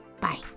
Bye